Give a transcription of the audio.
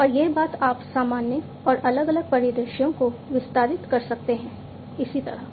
और यह बात आप सामान्य और अलग अलग परिदृश्यों को विस्तारित कर सकते हैं इसी तरह